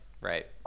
right